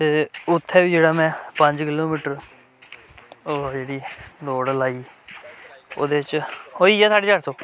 ते उत्थै बी जेह्ड़ा में पंज किलो मीटर ओह् जेह्ड़ी दौड़ लाई ओह्दे च होई गेआ साड्डे चार सौ